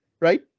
right